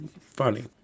funny